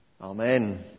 Amen